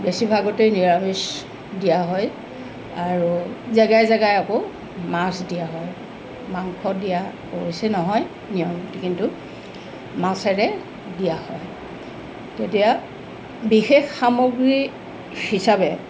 বেছিভাগতে নিৰামিষ দিয়া হয় আৰু জেগাই জেগাই আকৌ মাছ দিয়া হয় মাংস দিয়া অৱশ্যে নহয় নিয়ম কিন্তু মাছেৰে দিয়া হয় তেতিয়া বিশেষ সামগ্ৰী হিচাপে